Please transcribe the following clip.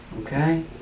Okay